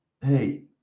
hey